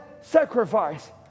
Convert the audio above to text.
sacrifice